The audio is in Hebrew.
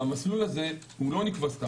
אמר בדרשה בהר הבית,